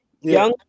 Young